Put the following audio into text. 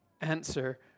answer